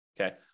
okay